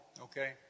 okay